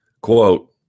Quote